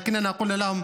ויש הנחה של 50%,